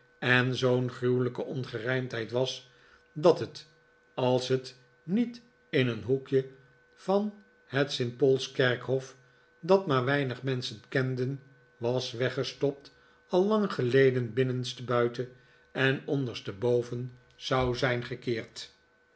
en zoo'n gruwelijke ongerijmdheid was dat het als het niet in een hoekje van het st paul's kerkhof dat maar weinig menschen kenden was weggestopt al lang geleden binnenste buiten en onderste boyen zou zijn gekeerd